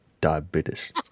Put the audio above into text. Diabetes